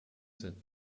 sind